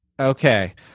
Okay